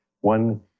one